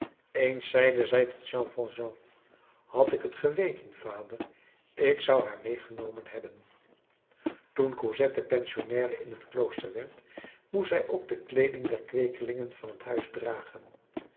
eens zeide zij tot jean valjean had ik t geweten vader ik zou haar meêgenomen hebben toen cosette pensionnaire in het klooster werd moest zij ook de kleeding der kweekelingen van het huis dragen